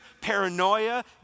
paranoia